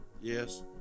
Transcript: Yes